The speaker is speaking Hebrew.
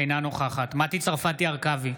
אינה נוכחת מטי צרפתי הרכבי,